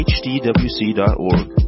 hdwc.org